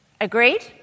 Agreed